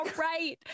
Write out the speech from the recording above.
right